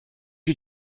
you